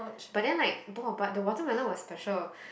but then like ball or but the watermelon was special